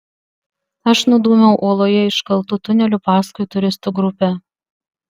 aš nudūmiau uoloje iškaltu tuneliu paskui turistų grupę